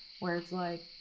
where it's like,